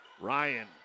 Ryan